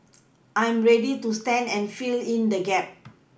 I'm ready to stand and fill in the gap